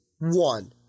one